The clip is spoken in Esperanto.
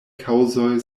kaŭzoj